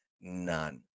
none